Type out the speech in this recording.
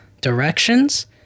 directions